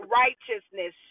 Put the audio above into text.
righteousness